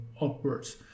upwards